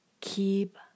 keep